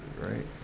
right